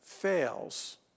fails